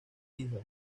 hijas